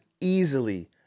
easily